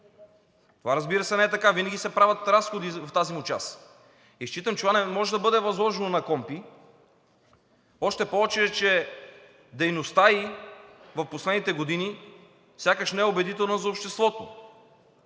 Това, разбира се, не е така, винаги се правят разходи в тази му част. Считам, че това не може да бъде възложено на КПКОНПИ, още повече че дейността ѝ в последните години сякаш не е убедителна за обществото.